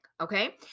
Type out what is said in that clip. Okay